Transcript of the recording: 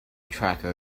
tracker